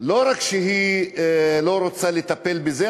לא רק שהיא לא רוצה לטפל בזה,